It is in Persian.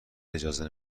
اجازه